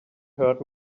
hurt